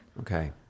Okay